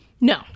No